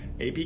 AP